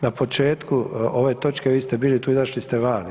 Na početku ove točke vi ste bili tu, izašli ste van.